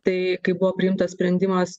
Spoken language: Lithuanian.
tai kaip buvo priimtas sprendimas